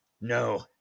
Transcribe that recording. No